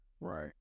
Right